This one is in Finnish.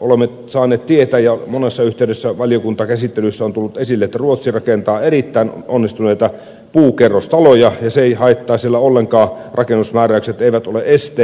olemme saaneet tietää ja monessa yhteydessä valiokuntakäsittelyssä on tullut esille että ruotsi rakentaa erittäin onnistuneita puukerrostaloja ja se ei haittaa siellä ollenkaan rakennusmääräykset eivät ole esteenä